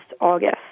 August